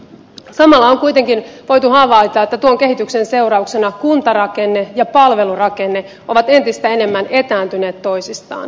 samalla on kuitenkin voitu havaita että tuon kehityksen seurauksena kuntarakenne ja palvelurakenne ovat entistä enemmän etääntyneet toisistaan